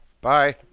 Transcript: Bye